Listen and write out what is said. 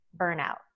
burnout